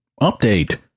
Update